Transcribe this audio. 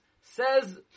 says